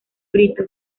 brito